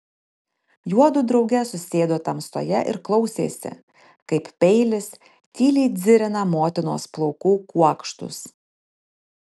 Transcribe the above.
juodu drauge susėdo tamsoje ir klausėsi kaip peilis tyliai dzirina motinos plaukų kuokštus